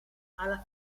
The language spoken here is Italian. alla